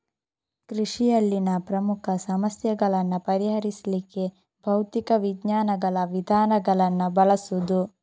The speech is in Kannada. ಕೃಷಿಯಲ್ಲಿನ ಪ್ರಮುಖ ಸಮಸ್ಯೆಗಳನ್ನ ಪರಿಹರಿಸ್ಲಿಕ್ಕೆ ಭೌತಿಕ ವಿಜ್ಞಾನಗಳ ವಿಧಾನಗಳನ್ನ ಬಳಸುದು